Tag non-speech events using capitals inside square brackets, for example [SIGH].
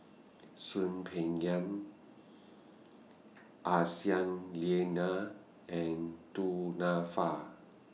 [NOISE] Soon Peng Yam Aisyah Lyana and Du Nanfa